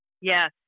Yes